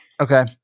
Okay